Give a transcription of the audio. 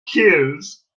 keels